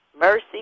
Mercy